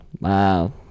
Wow